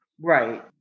right